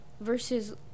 versus